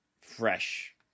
fresh